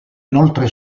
inoltre